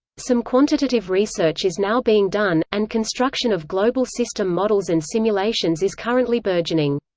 some quantitative research is now being done, and construction of global-system models and simulations is currently burgeoning.